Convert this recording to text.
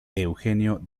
eugenio